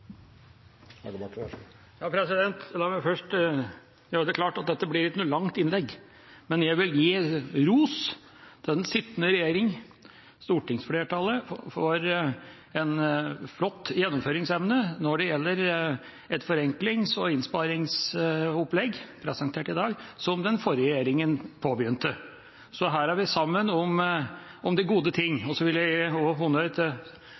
La meg først gjøre det klart at dette ikke blir et langt innlegg. Jeg vil gi ros til den sittende regjeringa og stortingsflertallet for en flott gjennomføringsevne når det gjelder et forenklings- og innsparingsopplegg – presentert i dag – som den forrige regjeringa påbegynte. Her er vi sammen om de gode tingene. Jeg vil også gi honnør til